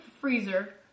freezer